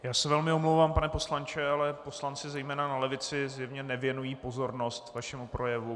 Já se velmi omlouvám, pane poslanče, ale poslanci, zejména na levici, zjevně nevěnují pozornost vašemu projevu.